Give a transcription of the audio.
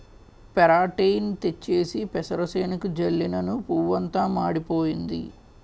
పెరాటేయిన్ తెచ్చేసి పెసరసేనుకి జల్లినను పువ్వంతా మాడిపోయింది